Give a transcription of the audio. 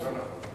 לא נכון.